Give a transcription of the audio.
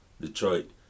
Detroit